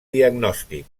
diagnòstic